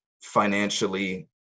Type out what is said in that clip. financially